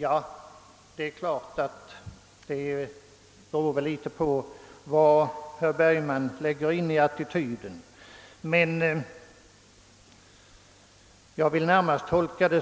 Jag vill närmast tolka herr Bergman så — men det beror ju litet på vad man lägger in för attityd i vad han sade — att det